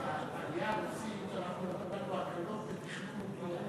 כשהייתה העלייה הרוסית אנחנו נתנו הקלות בתכנון ובנייה,